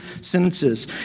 sentences